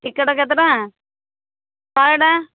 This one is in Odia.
ଟିକେଟ୍ କେତେ ଟଙ୍କା ଶହେ ଟଙ୍କା